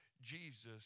Jesus